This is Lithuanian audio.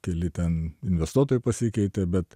keli ten investuotojai pasikeitė bet